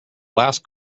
last